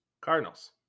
Cardinals